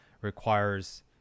requires